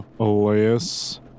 alias